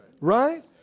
Right